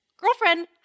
girlfriend